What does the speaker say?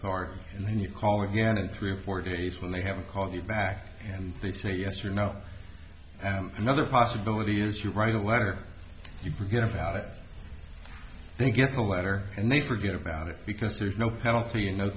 car and then you call again in three or four days when they haven't called you back and say to a yes or no another possibility is you write a letter you forget about it then get a letter and they forget about it because there's no penalty and no